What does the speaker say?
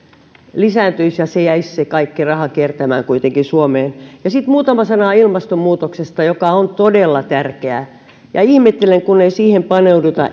lisääntyisi ja se kaikki raha jäisi kiertämään kuitenkin suomeen sitten muutama sana ilmastonmuutoksesta joka on todella tärkeää ja ihmettelen kun ei siihen paneuduta